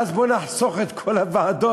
ואז בואו נחסוך את כל הוועדות,